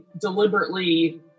deliberately